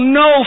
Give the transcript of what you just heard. no